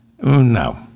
No